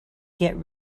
get